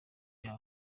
yabo